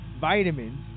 vitamins